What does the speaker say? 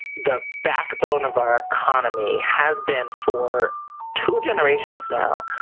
the backbone of our economy has been for two generations now,